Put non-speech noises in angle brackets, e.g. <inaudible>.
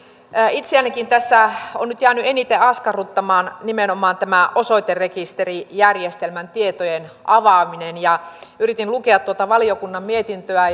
itseänikin tässä on nyt jäänyt eniten askarruttamaan nimenomaan tämä osoiterekisterijärjestelmän tietojen avaaminen yritin lukea tuota valiokunnan mietintöä <unintelligible>